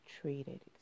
treated